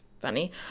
funny